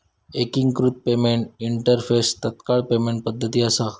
एकिकृत payment interface तात्काळ payment पद्धती असा